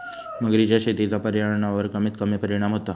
मगरीच्या शेतीचा पर्यावरणावर कमीत कमी परिणाम होता